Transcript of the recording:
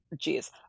jeez